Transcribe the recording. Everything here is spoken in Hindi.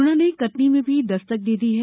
कोरोना ने कटनी में भी दस्तक दे दी है